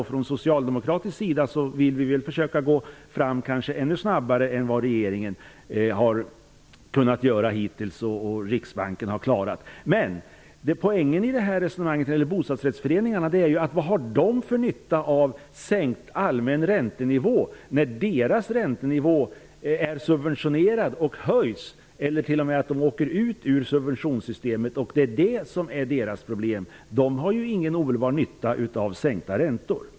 Vi från socialdemokraterna vill kanske gå ännu snabbare fram än vad regeringen och Riksbanken hittills har klarat. Men poängen i det resonemanget är vad bostadsrättsföreningarna har för nytta av en sänkt allmän räntenivå, eftersom deras räntenivå är subventionerad. Det finns nu risk för att den höjs eller för att de t.o.m. åker ut ur subventionssystemet. Det är detta som är bostadsrättsföreningarnas problem. De har ingen omedelbar nytta av sänkta räntor.